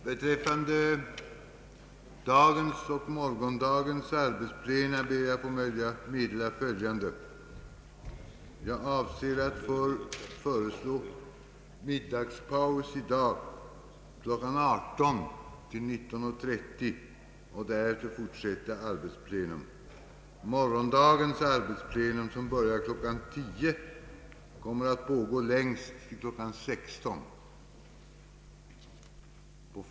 Beträffande dagens och morgondagens arbetsplena ber jag att få meddela följande. Jag avser att föreslå middagspaus i dag klockan 18.00 till 19.30 och därefter fortsatt arbetsplenum. Morgondagens arbetsplenum, som börjar klockan 10.00, kommer att pågå längst till klockan 16.00.